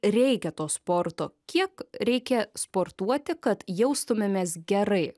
reikia to sporto kiek reikia sportuoti kad jaustumėmės gerai